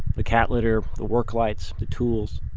the cat litter, the work lights, the tools.